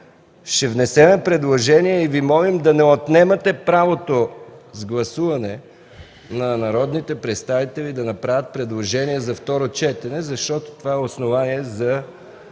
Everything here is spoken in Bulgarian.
Ще внесем предложение и Ви молим да не отнемате правото, с гласуване, на народните представители да направят предложения за второ четене, защото това е основание за